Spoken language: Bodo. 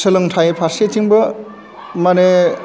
सोलोंथाइ फारसेथिंबो माने